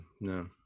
No